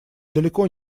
далеко